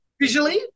visually